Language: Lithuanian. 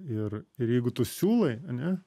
ir ir jeigu tu siūlai ane